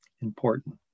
important